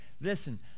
listen